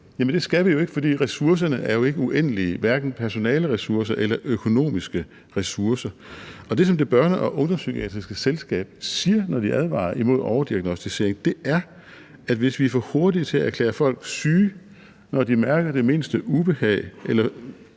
det skal vi jo ikke, fordi ressourcerne ikke er uendelige, hverken personaleressourcer eller økonomiske ressourcer. Og det, som Børne- og Ungdomspsykiatrisk Selskab siger, når de advarer imod overdiagnosticering, er, at hvis vi er for hurtige til at erklære folk syge, når de mærker det mindste ubehag,